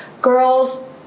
girls